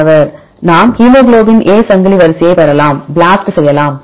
மாணவர் நாம் haemoglobin A சங்கிலி வரிசையைப் பெறலாம் BLAST செய்யலாம்